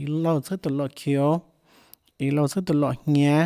iã loúã tsùàtóå loè çióâ. iã loúã tsùàtóå loè jñánâ